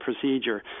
procedure